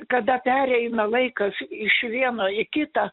kada pereina laikas iš vieno į kitą